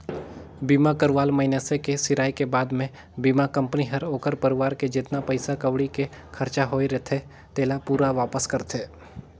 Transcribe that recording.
बीमा करवाल मइनसे के सिराय के बाद मे बीमा कंपनी हर ओखर परवार के जेतना पइसा कउड़ी के खरचा होये रथे तेला पूरा वापस करथे